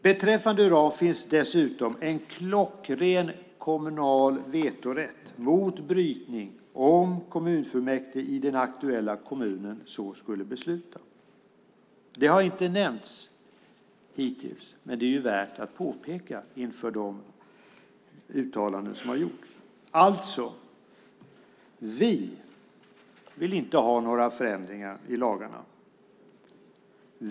Beträffande uran finns dessutom en klockren kommunal vetorätt mot brytning om kommunfullmäktige i den aktuella kommunen så skulle besluta. Det har inte nämnts hittills, men det är ju värt att påpeka efter de uttalanden som har gjorts. Vi vill alltså inte ha några förändringar i lagarna.